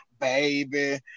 baby